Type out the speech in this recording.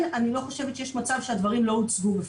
אני לא חושבת שיש מצב שהדברים לא הוצגו בפניה.